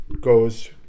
goes